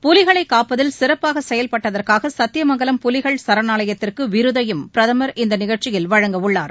புலிகளை காப்பதில் சிறப்பாக செயல்பட்டதற்காக சத்தியமங்கலம் புலிகள் சரணாவயத்திற்கு விருதையும் பிரதமர் இந்த நிகழ்ச்சியில் வழங்கவுள்ளார்